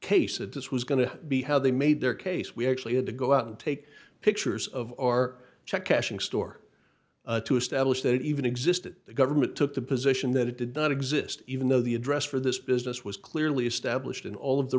case that this was going to be how they made their case we actually had to go out and take pictures of our check cashing store to establish that it even existed the government took the position that it did not exist even though the address for this business was clearly established in all